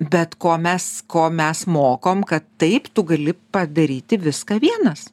bet ko mes ko mes mokom kad taip tu gali padaryti viską vienas